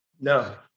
No